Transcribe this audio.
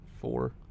four